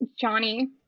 Johnny